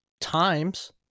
times